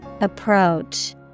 Approach